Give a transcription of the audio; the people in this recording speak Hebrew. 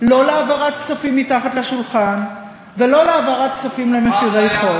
לא להעברת כספים מתחת לשולחן ולא להעברת כספים למפרי חוק.